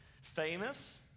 famous